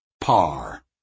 Par